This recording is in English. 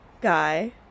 Guy